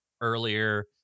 earlier